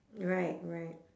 right right